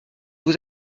vous